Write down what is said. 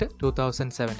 2017